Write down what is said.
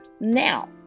Now